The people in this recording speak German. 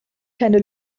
keine